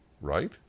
right